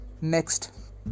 Next